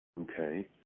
Okay